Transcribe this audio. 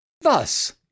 Thus